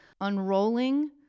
unrolling